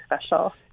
special